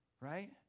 right